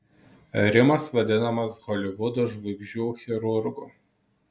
rimas vadinamas holivudo žvaigždžių chirurgu